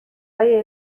های